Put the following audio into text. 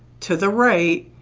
to the right,